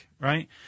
right